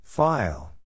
File